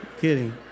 kidding